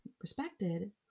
respected